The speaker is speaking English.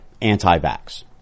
anti-vax